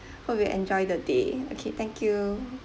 hope you enjoy the day okay thank you